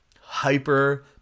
hyper